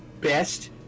best